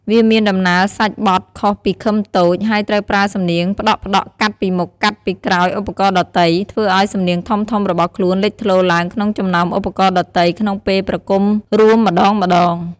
វាមានដំណើរសាច់បទខុសពីឃឹមតូច ហើយត្រូវប្រើសំនៀងផ្ដក់ៗកាត់ពីមុខកាត់ពីក្រោយឧបករណ៍ដទៃ ធ្វើឲ្យសំនៀងធំៗរបស់ខ្លួនលេចធ្លោឡើងក្នុងចំណោមឧបករណ៍ដទៃក្នុងពេលប្រគំរួមម្ដងៗ។